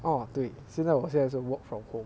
uh 对现在我现在是 work from home